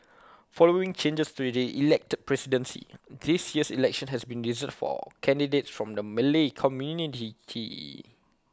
following changes to the elected presidency this year's election has been reserved for candidates from the Malay community